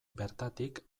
bertatik